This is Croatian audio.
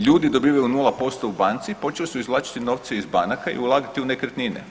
Ljudi dobivaju 0% u banci, počeli su izvlačiti novce iz banaka i ulagati u nekretnine.